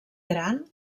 gran